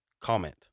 comment